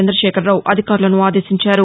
చంద్రశేఖర రాపు అధికారులను ఆదేశించారు